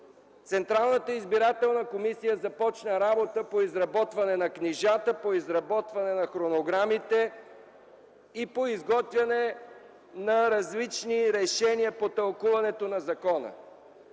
Централната избирателна комисия започна работа по изработване на книжата, на фонограмите и по изготвяне на различни решения по тълкуването на закона.